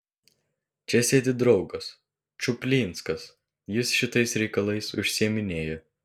čia sėdi draugas čuplinskas jis šitais reikalais užsiiminėja